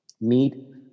meet